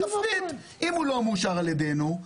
בסדר אם הוא לא מאושר על ידינו,